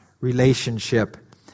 relationship